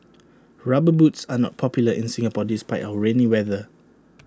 rubber boots are not popular in Singapore despite our rainy weather